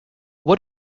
what